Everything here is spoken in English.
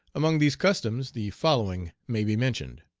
among these customs the following may be mentioned